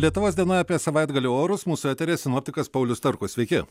lietuvos diena apie savaitgalio orus mūsų eteryje sinoptikas paulius starkus sveiki